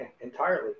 entirely